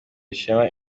ishema